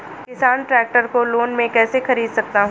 किसान ट्रैक्टर को लोन में कैसे ख़रीद सकता है?